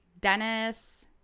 Dennis